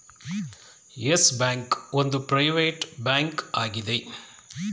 Yes bank ಒಂದು private bank ಆಗಿದೆ